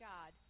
God